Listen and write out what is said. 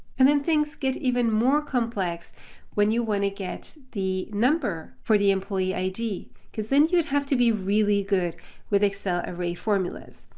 and then things get even more complex when you want to get the number for the employee id, cause then you would have to be really good with excel array formulas.